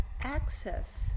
access